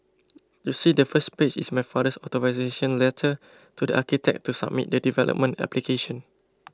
you see the first page is my father's authorisation letter to the architect to submit the development application